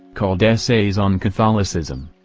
called essays on catholicism,